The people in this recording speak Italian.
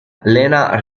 lena